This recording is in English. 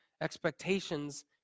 expectations